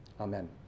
Amen